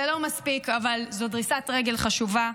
זה לא מספיק אבל זו דריסת רגל חשובה.